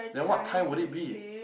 then what time would it be